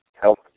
help